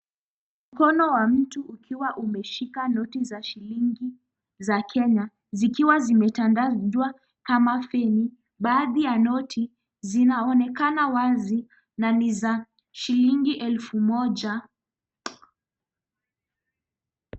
Mkono wa mtu ukiwa umeshika noti za shilingi, za Kenya, zikiwa zimetandazwa kama feni. Baadhi ya noti zinaonekana wazi na ni za shilingi elfu moja.